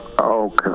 okay